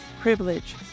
privilege